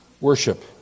worship